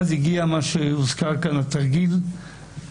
ואז הגיע מה שהוזכר כאן כתרגיל הידוע.